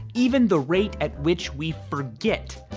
even the rate at which we forget.